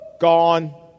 Gone